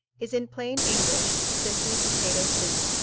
is in plain english simply potato soup.